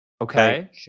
Okay